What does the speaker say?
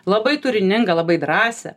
labai turiningą labai drąsią